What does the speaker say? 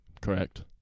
Correct